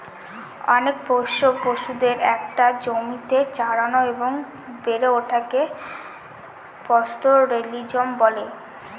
অনেক পোষ্য পশুদের একটা জমিতে চড়ানো এবং বেড়ে ওঠাকে পাস্তোরেলিজম বলে